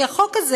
כי החוק הזה,